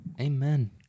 Amen